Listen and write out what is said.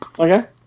Okay